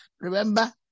Remember